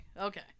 okay